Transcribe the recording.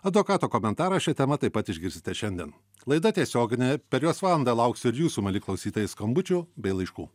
advokato komentarą šia tema taip pat išgirsite šiandien laida tiesioginė per jos valandą lauksiu ir jūsų mieli klausytojai skambučių bei laiškų